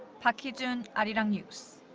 park hee-jun, arirang news.